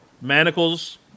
Manacles